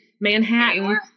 Manhattan